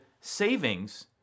savings